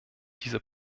dieser